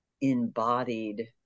embodied